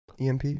EMP